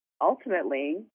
ultimately